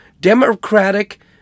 Democratic